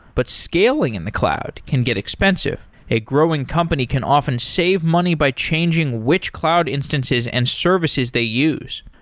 but scaling in the cloud can get expensive. a growing company can often save money by changing which cloud instances and services they use.